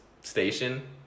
station